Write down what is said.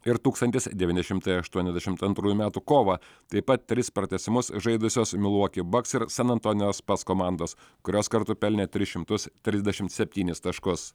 ir tūkstantis devyni šimtai aštuoniasdešimt antrųjų metų kovą taip pat tris pratęsimus žaidusios miluoke boxer san antonijaus spas komandos kurios kartu pelnė tris šimtus trisdešimt septynis taškus